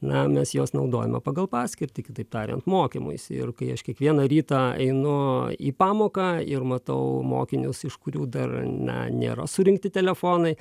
na mes juos naudojame pagal paskirtį kitaip tariant mokymuisi ir kai aš kiekvieną rytą einu į pamoką ir matau mokinius iš kurių dar na nėra surinkti telefonai